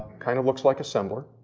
kind of looks like a symbol.